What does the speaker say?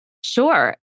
Sure